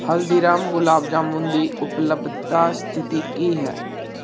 ਹਲਦੀਰਾਮ ਗੁਲਾਬ ਜਾਮੁਨ ਦੀ ਉਪਲਬਧਤਾ ਸਥਿਤੀ ਕੀ ਹੈ